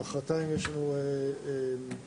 מוחרתיים ישתתפו כיתות